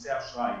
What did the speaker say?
בכרטיסי אשראי.